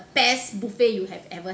best buffet you have ever